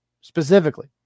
specifically